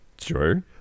sure